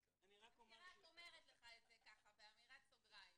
אומרת לך את זה באמירת סוגריים,